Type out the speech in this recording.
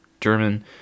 German